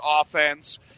offense